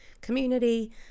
community